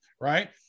right